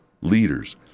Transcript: leaders